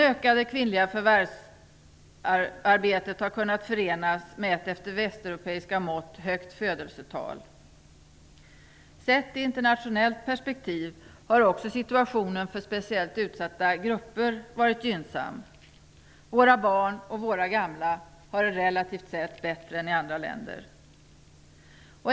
Fler kvinnor förvärvsarbetar, men det har också kunnat förenas med ett efter västeuropeiska mått högt födelsetal. Sett i ett internationellt perspektiv har situationen för utsatta grupper också varit gynnsam. Barnen och de gamla har det relativt sett bättre i Sverige än i andra länder.